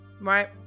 right